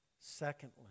Secondly